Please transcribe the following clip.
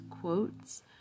quotes